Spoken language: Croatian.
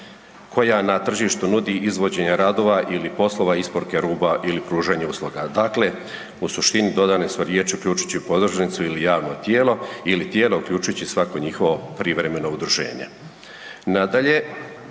koja na tržištu nudi izvođenje radova ili poslova, isporuku roba ili pružanje usluga. Dakle, u suštini, dodane su riječi „uključujući podružnicu ili javno tijelo ili tijelo uključujući svako njihovo privremeno udruženje“.